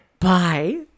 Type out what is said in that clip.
bye